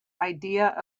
idea